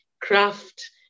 craft